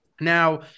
Now